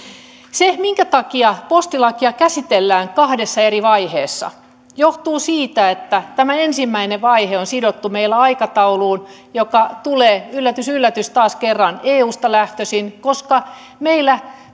se minkä takia postilakia käsitellään kahdessa eri vaiheessa johtuu siitä että tämä ensimmäinen vaihe on sidottu meillä aikatauluun joka on yllätys yllätys taas kerran eusta lähtöisin koska meillä